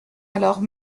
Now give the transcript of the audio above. alors